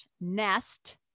nest